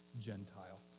Gentile